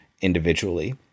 individually